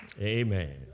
amen